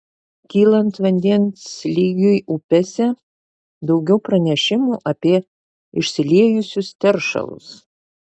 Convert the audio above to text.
kylant vandens lygiui upėse daugiau pranešimų apie išsiliejusius teršalus